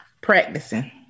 practicing